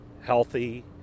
healthy